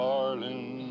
Darling